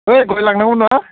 ओय गय लांनांगौ नङा